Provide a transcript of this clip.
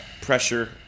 pressure